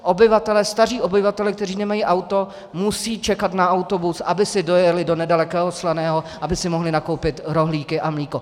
Obyvatelé, staří obyvatelé, kteří nemají auto, musí čekat na autobus, aby si dojeli do nedalekého Slaného, aby si mohli nakoupit rohlíky a mléko.